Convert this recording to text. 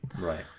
Right